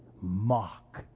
mock